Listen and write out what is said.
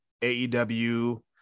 AEW